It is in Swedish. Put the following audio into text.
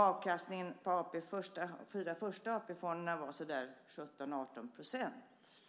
Avkastningen på de första fyra AP-fonderna var så där 17-18 %.